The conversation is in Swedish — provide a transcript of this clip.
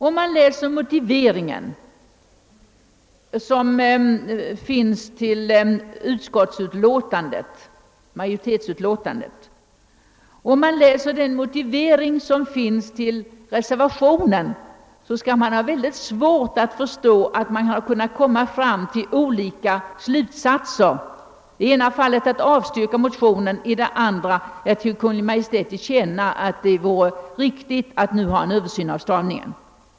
Om man jämför utskottsmajoritetens motivering med reservanternas, måste man få mycket svårt att förstå att de har kunnat stanna vid olika slutsatser: i det ena fallet att motionskravet bör avstyrkas, i det andra att riksdagen bör ge Kungl. Maj:t till känna att det vore riktigt att nu göra en översyn av stavningen.